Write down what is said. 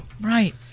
Right